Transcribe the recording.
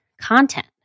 content